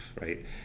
right